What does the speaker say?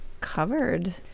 covered